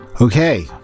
Okay